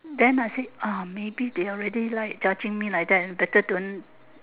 then I said ah maybe they already like judging me like that better don't